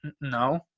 no